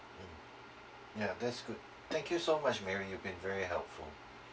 mm ya that's good thank you so much marry you've been very helpful